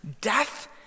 Death